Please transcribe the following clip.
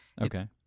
okay